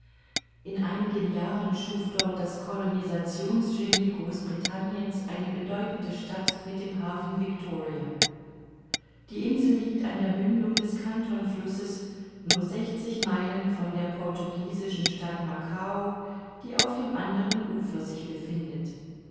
in einigen jahren schuf dort das colonisationsgenie großbritanniens eine bedeutende stadt mit dem hafen victoria die insel liegt an der mündung des cantonflusses nur sechzig meilen von der portugiesischen stadt macao die auf dem andern ufer sich befindet